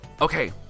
Okay